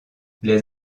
les